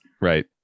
Right